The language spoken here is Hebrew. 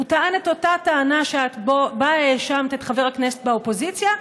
הוא טען אותה טענה שבה את האשמת את חבר הכנסת מהאופוזיציה,